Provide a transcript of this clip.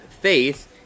faith